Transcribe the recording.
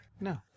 No